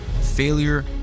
failure